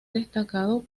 destacado